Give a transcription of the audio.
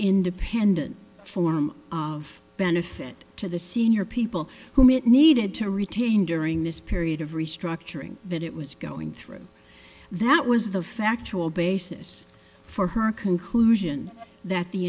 independent form of benefit to the senior people whom it needed to retain during this period of restructuring that it was going through and that was the factual basis for her conclusion that the